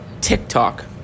TikTok